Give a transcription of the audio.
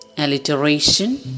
Alliteration